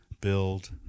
build